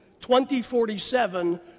2047